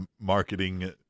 marketing